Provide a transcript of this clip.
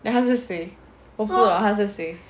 then 他是谁我不懂他是谁